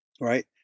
right